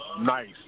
nice